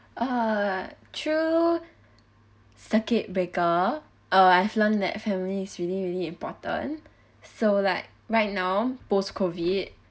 err through circuit breaker uh I've learnt that family is really really important so like right now post COVID